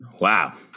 Wow